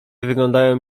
wyglądają